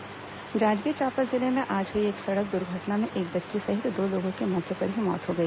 दुर्घटना जांजगीर चांपा जिले में आज हुई एक सड़क दुर्घटना में एक बच्ची सहित दो लोगों की मौके पर ही मौत हो गई